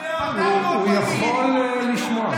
פטרנו אותו מתעודה.